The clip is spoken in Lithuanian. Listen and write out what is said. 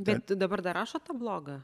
bet dabar dar rašot tą blogą